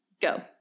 go